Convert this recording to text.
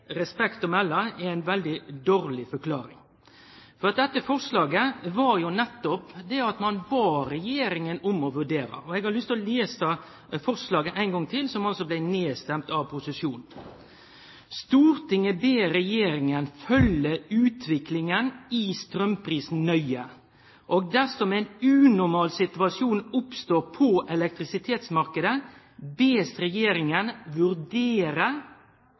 respekt å melde, er ei veldig dårleg forklaring. I dette forslaget bad ein jo nettopp regjeringa om å vurdere. Eg har lyst til å lese forslaget, som altså blei nedstemt av posisjonen, ein gang til: «Stortinget ber Regjeringen følge utviklingen i strømprisen nøye, og dersom en unormal situasjon oppstår på elektrisitetsmarkedet, bes Regjeringen vurdere